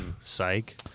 Psych